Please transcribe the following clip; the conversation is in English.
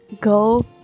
Go